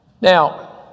Now